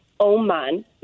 Oman